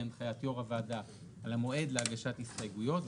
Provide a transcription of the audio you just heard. הנחיית יושב-ראש הוועדה על המועד להגשת הסתייגויות,